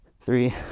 three